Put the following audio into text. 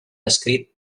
escrit